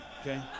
Okay